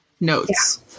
notes